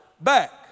back